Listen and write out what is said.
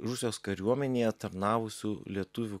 rusijos kariuomenėje tarnavusių lietuvių